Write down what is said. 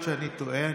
יכול להיות שאני טועה.